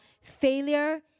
failure